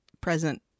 present